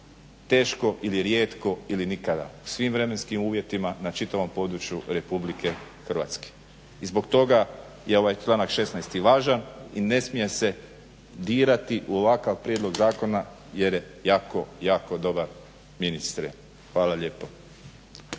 teško ili rijetko ili nikada. U svim vremenskim uvjetima na čitavom području Republike Hrvatske. I zbog toga je ovaj članak 16. važan i ne smije se dirati u ovakav prijedlog zakona jer je jako, jako dobar ministre. Hvala lijepo.